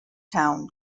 town